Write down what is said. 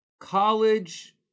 College